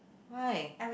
why